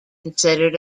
considered